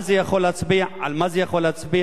על מה זה יכול להצביע?